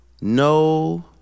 no